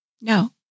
No